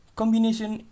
combination